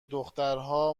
دخترها